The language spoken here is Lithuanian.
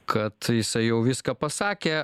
kad jisai jau viską pasakė